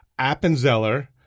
Appenzeller